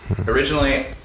originally